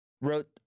wrote